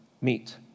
meet